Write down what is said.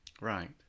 right